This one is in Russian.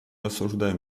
осуждаем